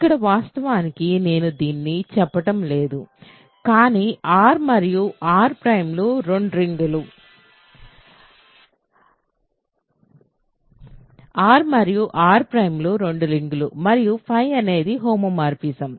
ఇక్కడ వాస్తవానికి నేను దీన్ని చెప్పడం లేదు కానీ R మరియు R ǀ లు రెండు రింగులు R మరియు R ǀ లు రెండు రింగ్స్ మరియు అనేది హోమోమార్ఫిజం